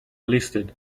listed